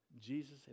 Jesus